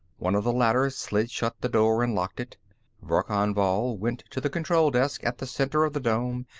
one of the latter slid shut the door and locked it verkan vall went to the control desk, at the center of the dome,